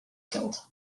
killed